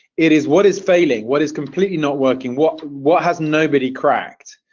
it is what is failing, what is completely not working, what what has nobody cracked?